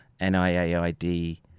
NIAID